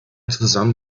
zusammen